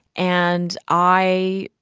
and i